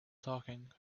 talking